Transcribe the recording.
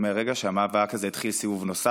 מהרגע שבמאבק הזה התחיל סיבוב נוסף,